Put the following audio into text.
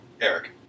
Eric